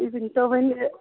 یہِ ؤنۍتو وَنہِ